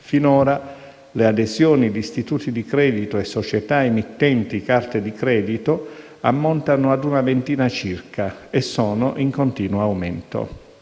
Finora, le adesioni di istituti di credito e società emittenti carte di credito ammontano a una ventina circa e sono in continuo aumento.